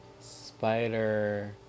Spider